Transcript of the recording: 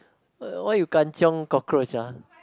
why you Kan-Chiong cockroach ah